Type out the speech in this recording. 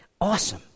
Awesome